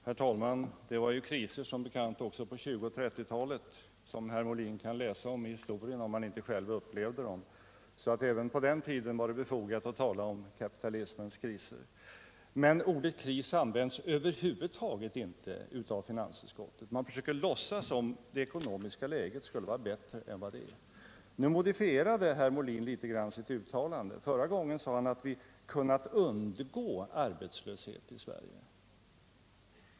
Herr talman! Det var kriser som bekant också på 1920 och 1930-talen, som herr Molin kan läsa om i historien om han inte själv upplevde dem. Det var alltså även på den tiden befogat att tala om kapitalismens kriser. Men ordet kris används över huvud taget inte av finansutskottet. Man försöker låtsas som om det ekonomiska läget skulle vara bättre än det är. Nu modifierade herr Molin sitt uttalande litet grand. Förra gången sade han all vi kunnat undgå arbetslöshet i Sverige.